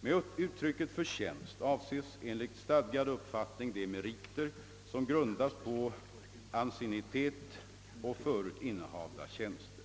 Med uttrycket »förtjänst» avses enligt stadgad uppfattning de meriter som grundas på anciennitet och förut innehavda tjänster.